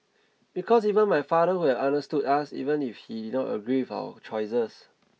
because even my father would have understood us even if he did not agree with our choices